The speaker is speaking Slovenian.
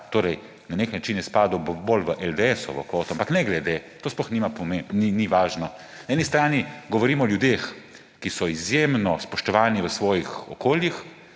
torej na nek način je spadal bolj v LDS-ovo kvoto, ampak ne glede, to sploh ni važno. Na eni strani govorim o ljudeh, ki so izjemno spoštovani v svojih okoljih,